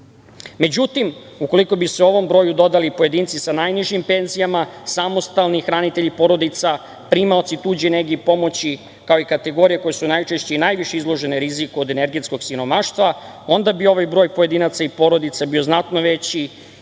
ukoliko bi se ovom broju dodali pojedinci sa najnižim penzijama, samostalni i hranitelji porodica, primaoci tuđe nege i pomoći, kao i kategorije koje su najčešće i najviše izložene riziku od energetskog siromaštva, onda bi ovaj broj pojedinaca i porodica bio znatno veći